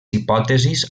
hipòtesis